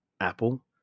Apple